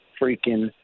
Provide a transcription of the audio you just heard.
freaking